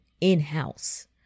in-house